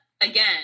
again